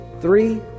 three